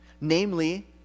namely